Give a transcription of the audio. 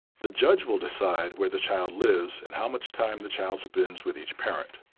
the judge will decide where the child lives and how much time the child spends with each parent.